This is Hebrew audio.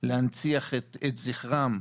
להנציח את זכרם,